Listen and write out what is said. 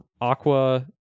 aqua